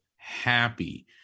happy